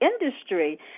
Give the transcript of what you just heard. industry